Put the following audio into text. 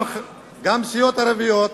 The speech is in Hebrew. גם סיעות ערביות,